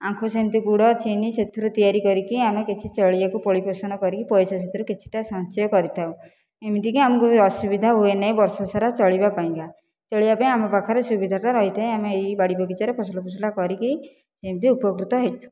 ଆଖୁ ସେମିତି ଗୁଡ଼ ଚିନି ସେଥିରୁ ତିଆରି କରିକି ଆମେ କିଛି ଚାଳିବାକୁ ପରିପୋଷଣ କରି ପଇସା ସେଥିରୁ କିଛି ସଞ୍ଚୟ କରିଥାଉ ଏମିତିବି ଆମକୁ ଅସୁବିଧା ହୁଏ ନାହିଁ ବର୍ଷ ସାରା ଚାଲିବା ପାଇଁକା ଚଳିବା ପାଇଁ ଆମ ପାଖରେ ସୁବିଧା ରହିଥାଏ ଆମେ ଏହି ବାଡ଼ି ବଗିଚାରେ ଫସଲ ଫସଲ କରିକି ଏମିତି ଉପକୃତ ହୋଇଛୁ